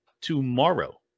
tomorrow